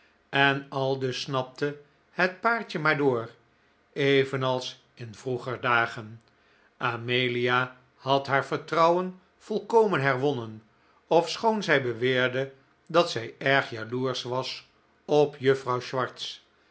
en aldus snapte het paartje maar door evenals in vroeger dagen amelia had haar vertrouwen volkomen herwonnen ofschoon zij beweerde dat zij erg jaloersch was op juffrouw swartz